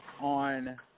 On